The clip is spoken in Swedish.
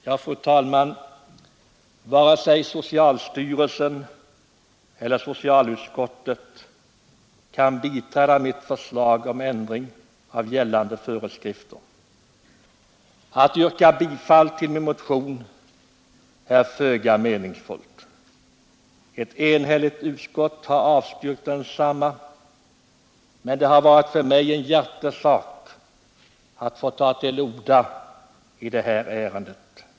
Ja, fru talman, varken socialstyrelsen eller socialutskottet kan biträda mitt förslag om ändring av gällande föreskrifter. Att yrka bifall till min motion är föga meningsfullt. Ett enhälligt utskott har avstyrkt densamma. Men det har för mig varit en hjärtesak att få ta till orda i detta ärende.